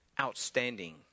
outstanding